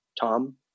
Tom